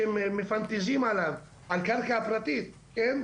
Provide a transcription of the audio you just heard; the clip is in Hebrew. שהם מפנטזים עליו, על קרקע פרטית, כן?